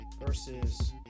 versus